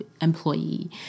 employee